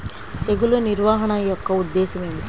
తెగులు నిర్వహణ యొక్క ఉద్దేశం ఏమిటి?